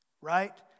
right